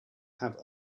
have